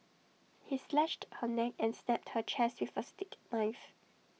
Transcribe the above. he slashed her neck and stabbed her chest with A steak knife